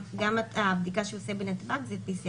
גם הבדיקה שהוא עושה בנתב"ג זה PCR